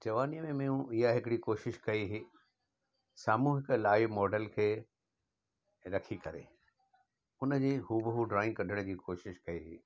जवानीअ में में हू इहा हिकिड़ी कोशिशि कई हुई साम्हूं हिक लाइव मॉडल खे रखी करे हुनजे हूब हू ड्रॉइंग कढण जी कोशिशि कई हुई